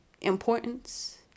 importance